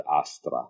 astra